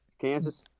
Kansas